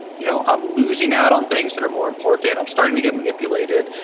you know i'm losing out on things that are more important. and i'm starting to get manipulated.